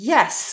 Yes